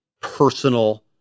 personal